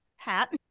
hat